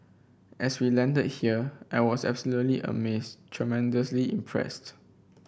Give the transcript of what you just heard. as we landed here I was absolutely amazed tremendously impressed